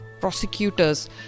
prosecutors